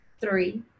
three